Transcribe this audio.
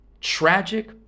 tragic